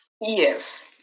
Yes